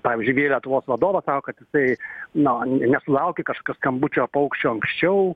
pavyzdžiui via lietuvos vadovas sako kad jisai no n nesulaukė kažkokio skambučio paukščio anksčiau